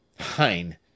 Hein